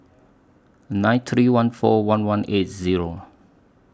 nine three one four one one eight Zero